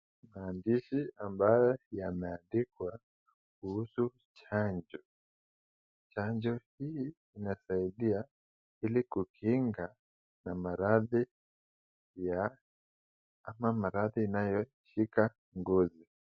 Maadishi ambayo yameadkikwa kuhusu chanjo, chanjo hii inasaidia ilikukinga nararadhi ya ama maradhi inayoshika ngozi